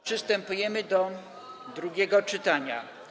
Przystępujemy do drugiego czytania.